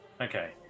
Okay